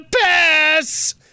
pass